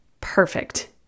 perfect